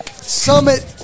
Summit